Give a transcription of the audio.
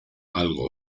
algo